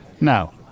Now